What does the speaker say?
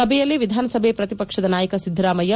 ಸಭೆಯಲ್ಲಿ ವಿಧಾನಸಭೆ ಪ್ರತಿಪಕ್ಷ ನಾಯಕ ಸಿದ್ದರಾಮಯ್ಯ